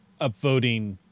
upvoting